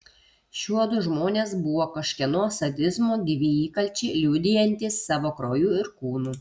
šiuodu žmonės buvo kažkieno sadizmo gyvi įkalčiai liudijantys savo krauju ir kūnu